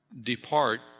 depart